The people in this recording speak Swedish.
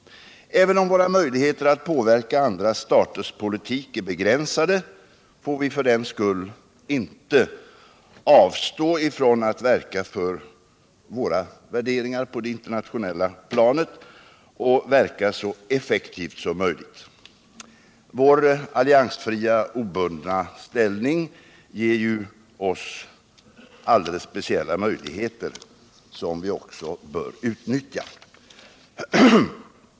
Även om våra möjligheter att påverka andra staters politik är begränsade, får vi för den skull inte avstå ifrån att verka för våra värderingar på det internationella planet och verka så effektivt som möjligt. Vår alliansfria, obundna hållning ger oss ju alldeles speciella möjligheter, som vi bör utnyttja.